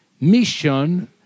Mission